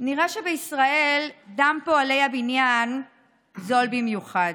נראה שבישראל דם פועלי הבניין זול במיוחד.